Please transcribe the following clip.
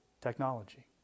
Technology